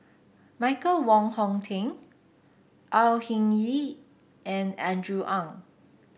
Michael Wong Hong Teng Au Hing Yee and Andrew Ang